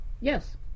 Yes